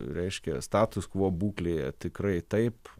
reiškia status kvo būklėje tikrai taip